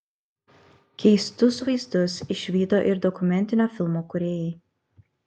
keistus vaizdus išvydo ir dokumentinio filmo kūrėjai